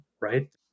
right